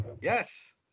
yes